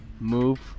move